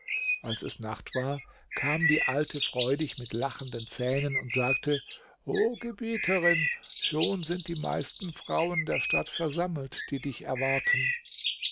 als es nacht war kam die alte freudig mit lachenden zähnen und sagte o gebieterin schon sind die meisten frauen der stadt versammelt die dich erwarten